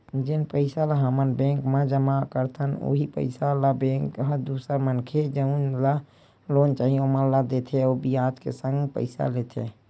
जेन पइसा ल हमन बेंक म जमा करथन उहीं पइसा ल बेंक ह दूसर मनखे जउन ल लोन चाही ओमन ला देथे अउ बियाज के संग पइसा लेथे